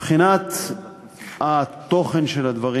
מבחינת התוכן של הדברים,